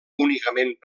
únicament